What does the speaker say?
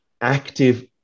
active